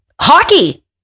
Hockey